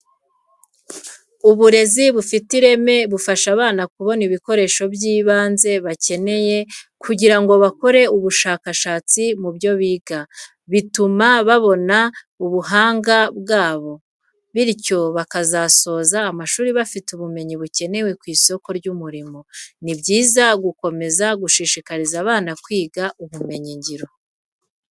Uburezi bufite ireme, bufasha abana kubona ibikoresho by'ibanze bakenera kugira ngo bakore ubushakashatsi mu byo biga. Bituma banoza ubuhanga bwabo, bityo bakazasoza amashuri bafite ubumenyi bukenewe ku isoko ry'umurimo. Ni byiza gukomeza gushishikariza abana kwiga ubumenyi ngiro.